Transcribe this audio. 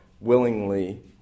willingly